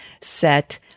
set